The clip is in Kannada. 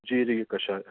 ಜೀರಿಗೆ ಕಷಾಯ